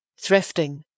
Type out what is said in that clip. Thrifting